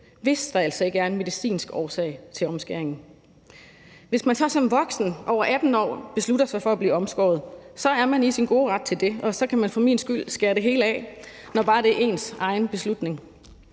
hvis der altså ikke er en medicinsk årsag til omskæringen. Hvis man så som voksen, over 18 år, beslutter sig for at blive omskåret, er man i sin gode ret til det, og så kan man for min skyld skære det hele af, når bare det er ens egen beslutning.